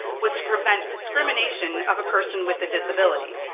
was to prevent discrimination of a person with a disability.